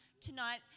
tonight